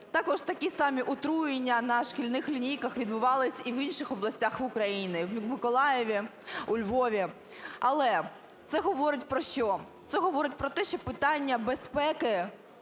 Також такі самі отруєння на шкільних лінійках відбувались і в інших областях України: в Миколаєві, у Львові. Але це говорить про що? Це говорить про те, що питання безпеки